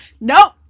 Nope